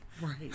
Right